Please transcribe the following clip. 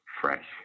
fresh